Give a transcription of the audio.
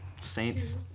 Saints